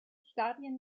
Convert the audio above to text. stadien